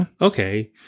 Okay